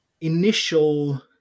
initial